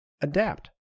adapt